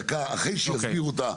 דקה אחרי שיסבירו אותה,